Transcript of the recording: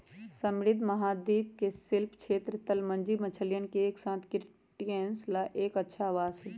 समृद्ध महाद्वीपीय शेल्फ क्षेत्र, तलमज्जी मछलियन के साथसाथ क्रस्टेशियंस ला एक अच्छा आवास हई